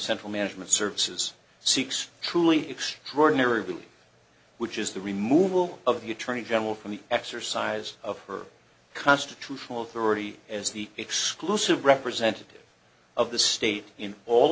central management services six truly extraordinary beauty which is the removal of the attorney general from the exercise of her constitutional authority as the exclusive representative of the state in all